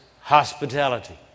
hospitality